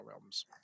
Realms